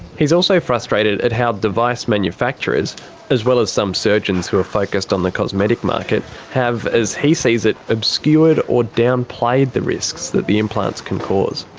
he's also frustrated at how device manufacturers as well as some surgeons who are focused on the cosmetic market have as he sees it obscured or downplayed the risks the implants can cause.